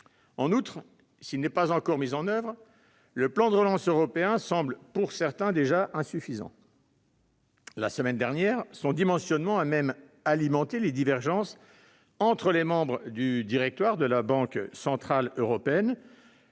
En outre, s'il n'est pas encore mis en oeuvre, le plan de relance européen semble, selon certains, déjà insuffisant. La semaine dernière, son dimensionnement a même alimenté les divergences entre les membres du directoire de la Banque centrale européenne